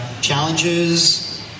challenges